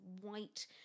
white